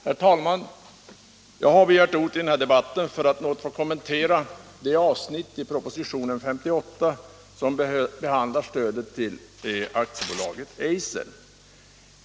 Herr talman! Jag har begärt ordet i denna debatt för att något få kommentera det avsnitt i propositionen nr 58 som behandlar stödet till AB Eiser.